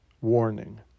warning